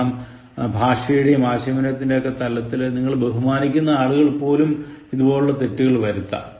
കാരണം ഭാഷയുടെയും ആശയവിനിമയത്തിന്റെയും തലത്തിൽ നിങ്ങൾ ബഹുമാനിക്കുന്ന ആളുകൾ പോലും ഇതുപോലുള്ള തെറ്റുകൾ വരുത്താം